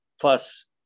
Plus